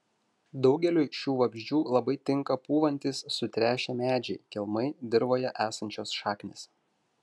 daugeliui šių vabzdžių labai tinka pūvantys sutrešę medžiai kelmai dirvoje esančios šaknys